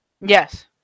Yes